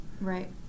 Right